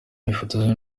yifotozanya